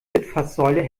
litfaßsäule